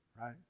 Right